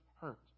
hurt